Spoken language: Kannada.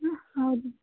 ಹಾಂ ಹೌದು